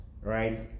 Right